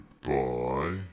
Goodbye